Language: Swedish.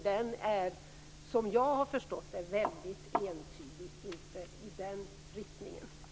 Den är, som jag har förstått det, väldigt entydigt inte i den riktningen.